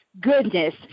goodness